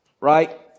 right